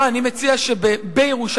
אני מציע שבירושלים.